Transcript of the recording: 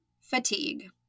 fatigue